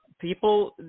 people –